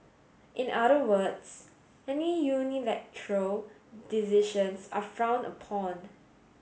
in other words any unilateral decisions are frowned upon